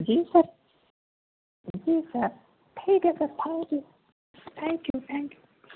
جی sir جی sir ٹھیک ہے sir thank you thank you thank you